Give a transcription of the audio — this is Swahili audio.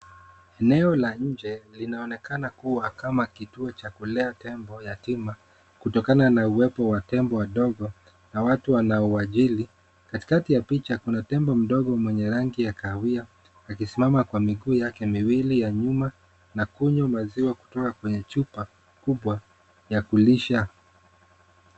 Eneo la nje linaonekana kuwa kama kituo cha kulea tembo yatima kutokana na uwepo wa tembo wadogo na watu wanaowajili. Katikati ya picha kuna tembo mdogo mwenye rangi ya kahawia akisimama kwa miguu yake miwili ya nyuma na kunywa maziwa kutoka kwenye chupa kubwa ya kulisha.